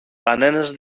κανένας